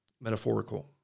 metaphorical